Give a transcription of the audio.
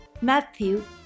Matthew